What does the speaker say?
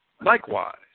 Likewise